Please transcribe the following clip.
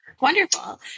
Wonderful